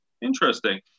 interesting